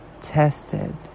tested